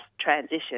transition